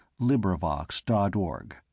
LibriVox.org